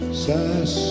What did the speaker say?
says